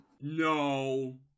No